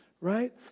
right